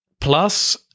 Plus